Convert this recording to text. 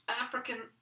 African